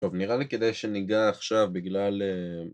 טוב נראה לי כדאי שניגע עכשיו בגלל...